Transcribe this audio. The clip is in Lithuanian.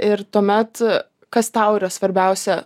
ir tuomet kas tau yra svarbiausia